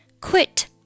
Quit